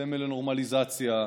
סמל לנורמליזציה.